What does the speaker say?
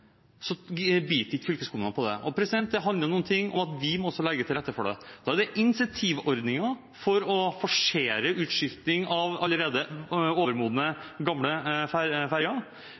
biter ikke fylkeskommunene på det. Det handler noe om at vi også må legge til rette for det. Da handler det om incentivordninger for å forsere utskiftingen av gamle ferjer som allerede er overmodne